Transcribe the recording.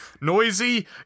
noisy